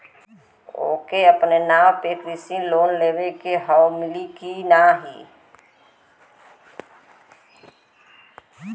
ओके अपने नाव पे कृषि लोन लेवे के हव मिली की ना ही?